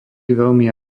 veľmi